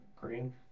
Green